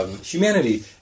humanity